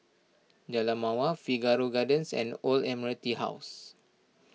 Jalan Mawar Figaro Gardens and Old Admiralty House